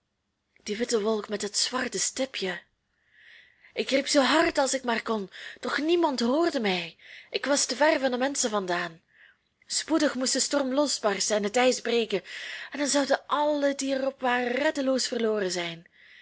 maar die witte wolk met dat zwarte stipje ik riep zoo hard als ik maar kon doch niemand hoorde mij ik was te ver van de menschen vandaan spoedig moest de storm losbarsten en het ijs breken en dan zouden allen die er op waren reddeloos verloren zijn